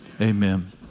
Amen